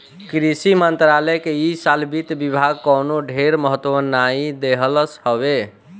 कृषि मंत्रालय के इ साल वित्त विभाग कवनो ढेर महत्व नाइ देहलस हवे